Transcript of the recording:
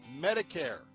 Medicare